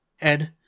Ed